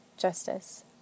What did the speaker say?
justice